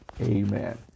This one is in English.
Amen